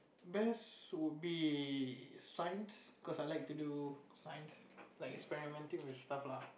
best would be science cause I like to do science like experimenting with stuff lah